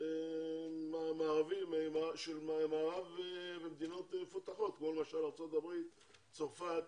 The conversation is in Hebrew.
מערביים ומדינות מפותחות כמו למשל ארה"ב, צרפת,